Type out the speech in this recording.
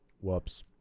Whoops